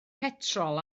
petrol